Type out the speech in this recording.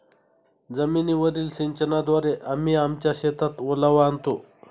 जमीनीवरील सिंचनाद्वारे आम्ही आमच्या शेतात ओलावा आणतो